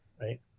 right